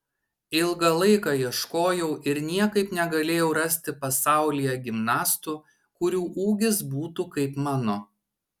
ilgą laiką ieškojau ir niekaip negalėjau rasti pasaulyje gimnastų kurių ūgis būtų kaip mano